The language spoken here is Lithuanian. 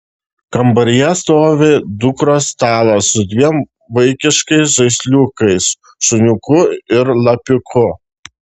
kambaryje stovi dukros stalas su dviem vaikiškais žaisliukais šuniuku ir lapiuku